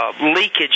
leakage